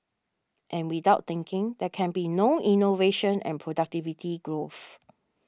and without thinking there can be no innovation and productivity growth